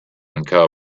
uncovered